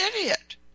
idiot